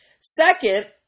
Second